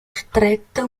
stretto